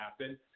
happen